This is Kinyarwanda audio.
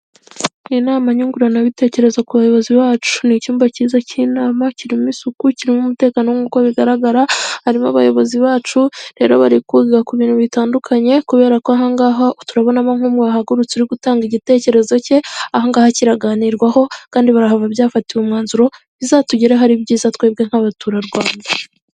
Inama nyunguranabitekerezo ku bayobozi bacu ni icyumba cyiza cy'inama kirimo isuku kirimo umutekano nk'uko bigaragara; harimo abayobozi bacu rero bari kwiga ku bintu bitandukanye kubera ko ahangaha turabonamo nkumwe wahagurutse uri gutanga igitekerezo cye; ahangaha kiraganirwaho kandi barahava byafatiwe umwanzuro bizatugereho ari ibyiza twebwe nk'abaturarwanda.